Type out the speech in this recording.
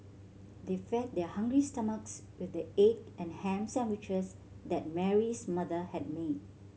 they fed their hungry stomachs with the egg and ham sandwiches that Mary's mother had made